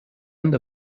end